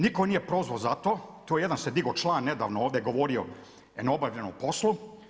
Nitko nije prozvo za to, tu jedan se digo član nedavno ovdje govorio o neobavljenom poslu.